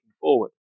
forward